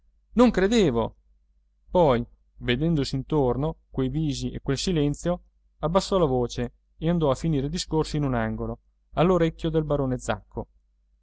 non credevo poi vedendosi intorno quei visi e quel silenzio abbassò la voce e andò a finire il discorso in un angolo all'orecchio del barone zacco